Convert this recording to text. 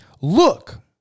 Look